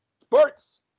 sports